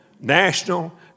national